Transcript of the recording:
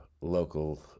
local